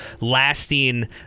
lasting